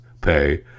pay